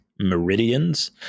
meridians